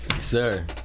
sir